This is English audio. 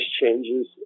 changes